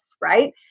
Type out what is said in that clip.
right